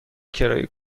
کرایه